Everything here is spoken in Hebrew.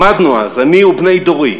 למדנו אז, אני ובני דורי,